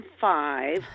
five